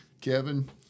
Kevin